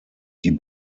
die